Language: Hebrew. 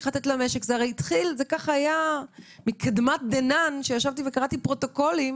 כך היה מקדמת דנא שישבתי וקראתי פרוטוקולים